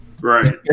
Right